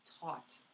taught